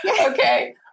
Okay